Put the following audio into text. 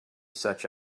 such